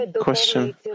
Question